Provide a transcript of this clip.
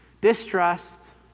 Distrust